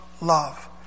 love